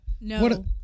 No